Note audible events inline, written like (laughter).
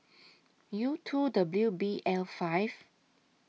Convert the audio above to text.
(noise) U two W B L five